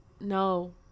No